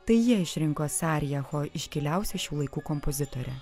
tai jie išrinko sarijacho iškiliausia šių laikų kompozitore